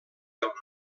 del